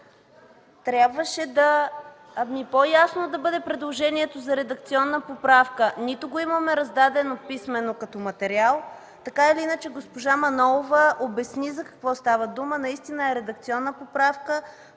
трябваше по-ясно да бъде предложението за редакционна поправка. Нито го имаме раздадено писмено като материал. Така или иначе госпожа Манолова обясни за какво става дума. Наистина е редакционна поправка